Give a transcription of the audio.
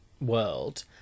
world